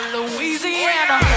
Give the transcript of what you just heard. Louisiana